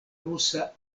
rusa